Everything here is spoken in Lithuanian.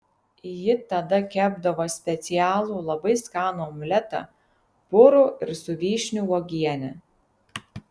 ji tada kepdavo specialų labai skanų omletą purų ir su vyšnių uogiene